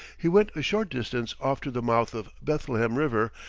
he went a short distance off to the mouth of bethlehem river,